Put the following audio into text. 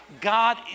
god